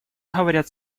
говорят